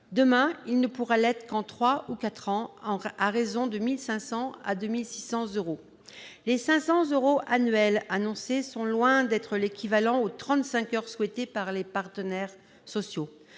demain, il ne pourra l'être qu'en trois ou quatre ans, à raison de 1 500 à 2 600 euros. Les 500 euros annuels annoncés sont loin d'être équivalents aux trente-cinq heures souhaitées par les partenaires sociaux.